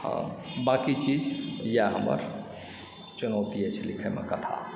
बाकी चीज इएह हमर चुनौती अछि लिखयमे कथा